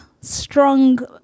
strong